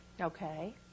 okay